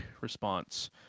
response